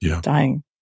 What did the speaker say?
dying